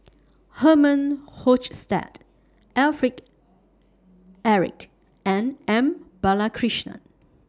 Herman Hochstadt Alfred Eric and M Balakrishnan